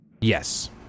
Yes